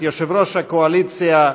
את יושב-ראש הקואליציה,